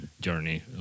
journey